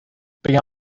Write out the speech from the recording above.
بگن